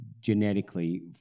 genetically